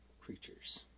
creatures